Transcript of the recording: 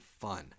fun